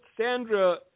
Sandra